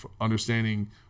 understanding